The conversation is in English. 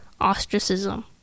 ostracism